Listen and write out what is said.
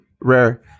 rare